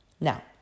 Now